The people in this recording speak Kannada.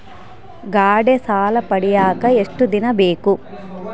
ಗಾಡೇ ಸಾಲ ಪಡಿಯಾಕ ಎಷ್ಟು ದಿನ ಬೇಕು?